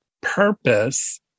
purpose